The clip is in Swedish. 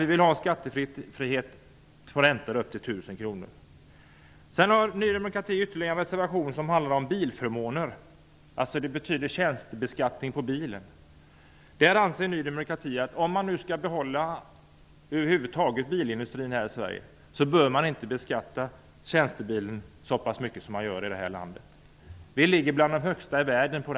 Vi vill, som sagt, att det skall vara en skattefrihet på räntor upp till 1 000 En annan reservation handlar om bilförmåner och beskattning av tjänstebilar. Om bilindustrin över huvud taget skall kunna behållas i Sverige bör tjänstebilen inte beskattas så mycket som den gör i det här landet. Vår beskattning är bland de högsta i världen.